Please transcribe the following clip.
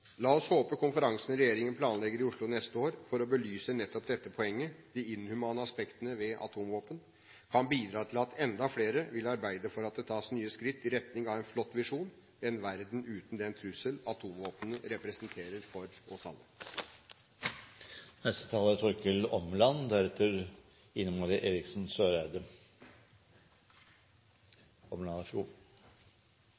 La oss håpe konferansen regjeringen planlegger i Oslo neste år for å belyse nettopp dette poenget, de inhumane aspektene ved atomvåpen, kan bidra til at enda flere vil arbeide for at det tas nye skritt i retning av en flott visjon – en verden uten den trussel atomvåpen representerer for oss alle.